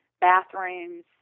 bathrooms